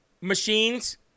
machines